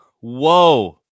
whoa